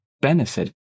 benefit